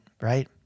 right